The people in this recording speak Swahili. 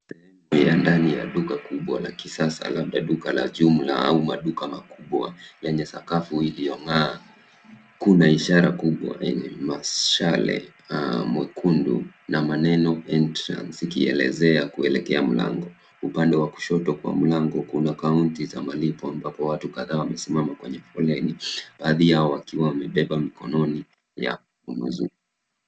Sehemu ya ndani ya duka kubwa la kisasa labda duka la jumla au maduma makubwa yenye sakafu iliyong'aa. Kuna ishara kubwa yenye mashale mekundu na maneno [c]entrance ikielezea kuelekea mlango. Upande wa kushoto wa mlango kuna kaunta za malipo ambapo watu kadhaa wamesimama kwenye foleni baadhi yao wakiwa wamebeba mikononi ya wanaouziwa.